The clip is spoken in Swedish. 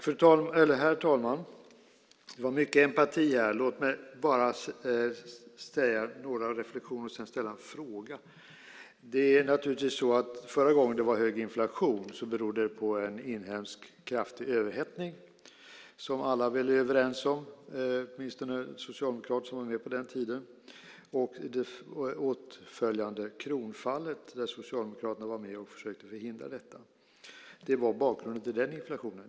Herr talman! Det var mycket empati här. Låt mig bara komma med några reflexioner och sedan ställa en fråga. Förra gången det var hög inflation berodde det naturligtvis på en kraftig inhemsk överhettning. Det är väl alla överens om, åtminstone de socialdemokrater som var med på den tiden. Det gäller också det åtföljande kronfallet, där Socialdemokraterna var med och försökte förhindra detta. Det var bakgrunden till den inflationen.